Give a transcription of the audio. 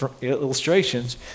illustrations